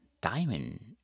diamond